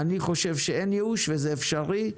אני חושב שאין ייאוש, וזה אפשרי.